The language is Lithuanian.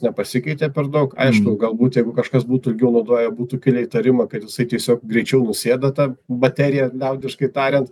nepasikeitė per daug aišku galbūt jeigu kažkas būtų ilgiau naudoję būtų kilę įtarimą kad jisai tiesiog greičiau nusėda ta baterija liaudiškai tariant